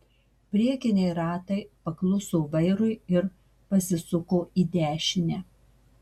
priekiniai ratai pakluso vairui ir pasisuko į dešinę